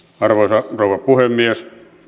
arvoisa rouva puhemies